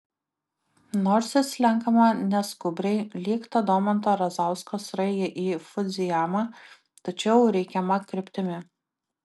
nors ir slenkama neskubriai lyg ta domanto razausko sraigė į fudzijamą tačiau reikiama kryptimi